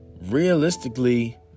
realistically